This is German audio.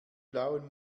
blauen